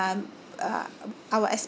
um uh our